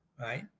right